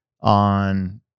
on